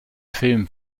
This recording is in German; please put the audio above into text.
film